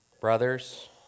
brothers